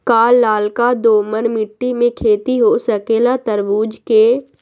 का लालका दोमर मिट्टी में खेती हो सकेला तरबूज के?